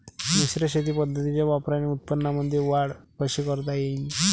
मिश्र शेती पद्धतीच्या वापराने उत्पन्नामंदी वाढ कशी करता येईन?